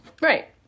Right